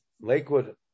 Lakewood